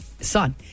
son